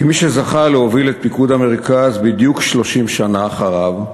כמי שזכה להוביל את פיקוד המרכז בדיוק 30 שנה אחריו,